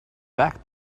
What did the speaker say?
back